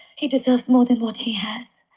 he deserves more than what he has.